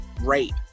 rape